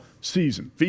season